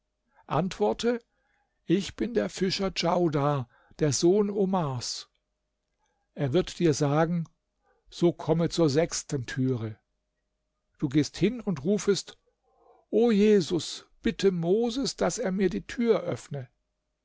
antworte ich bin der fischer djaudar der sohn omars er wird dir sagen so komme zur sechsten türe du gehst hin und rufest o jesus bitte moses daß er mir die tür öffne